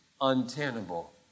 untenable